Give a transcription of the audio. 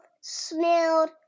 smelled